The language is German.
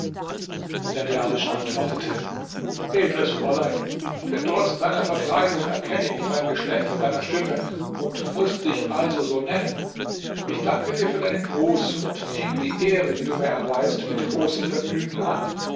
der derwisch antwortete edles fräulein denn trotz deiner verkleidung erkenne ich dein geschlecht an deiner stimme und muß dich also so nennen ich danke dir für deinen gruß und nehme die ehre die du mir erweist mit großem vergnügen an